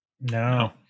no